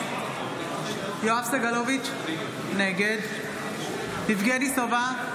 (קוראת בשמות חברי הכנסת) יואב סגלוביץ' נגד יבגני סובה,